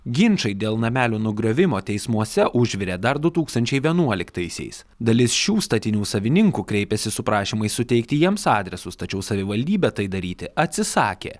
ginčai dėl namelių nugriovimo teismuose užvirė dar du tūkstančiai vienuoliktaisiais dalis šių statinių savininkų kreipėsi su prašymais suteikti jiems adresus tačiau savivaldybė tai daryti atsisakė